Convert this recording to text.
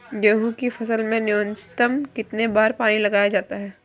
गेहूँ की फसल में न्यूनतम कितने बार पानी लगाया जाता है?